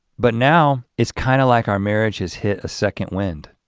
but now, it's kind of like our marriage has hit a second wind